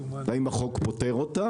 מה הבעיה שאתה רוצה לפתור והאם החוק פותר אותה.